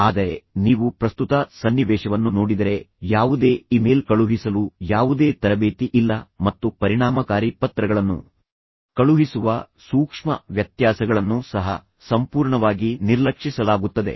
ಆದರೆ ನೀವು ಪ್ರಸ್ತುತ ಸನ್ನಿವೇಶವನ್ನು ನೋಡಿದರೆ ಯಾವುದೇ ಇಮೇಲ್ ಕಳುಹಿಸಲು ಯಾವುದೇ ತರಬೇತಿ ಇಲ್ಲ ಮತ್ತು ಪರಿಣಾಮಕಾರಿ ಪತ್ರಗಳನ್ನು ಕಳುಹಿಸುವ ಸೂಕ್ಷ್ಮ ವ್ಯತ್ಯಾಸಗಳನ್ನು ಸಹ ಸಂಪೂರ್ಣವಾಗಿ ನಿರ್ಲಕ್ಷಿಸಲಾಗುತ್ತದೆ